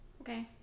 Okay